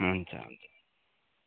हुन्छ हुन्छ